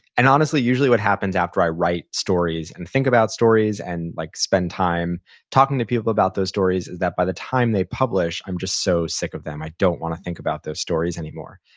and honestly, usually what happens after i write stories and think about stories and like spend time talking to people about those stories, is that by the time they publish, i'm so sick of them, i don't wanna think about those stories anymore.